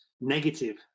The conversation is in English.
negative